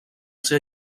ser